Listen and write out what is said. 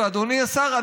ואדוני השר,